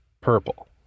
Purple